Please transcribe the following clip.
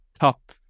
top